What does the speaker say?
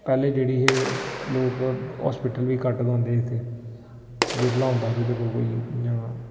पैह्लें जेह्ड़ी हे लोक हास्पिटल बी घट्ट गै औंदे हे इत्थै बिरला होंदा हा जेह्दे कोल कोई इ'यां